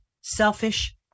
Selfish